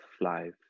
life